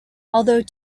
although